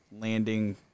landing